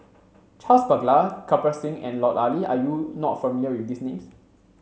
Charles Paglar Kirpal Singh and Lut Ali are you not familiar with these names